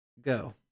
go